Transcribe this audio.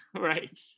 Right